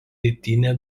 rytinę